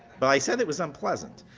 but i said it was unpleasant.